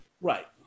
Right